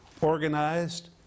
organized